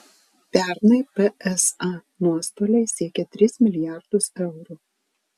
pernai psa nuostoliai siekė tris milijardus eurų